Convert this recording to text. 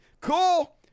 Cool